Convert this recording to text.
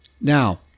Now